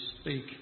speak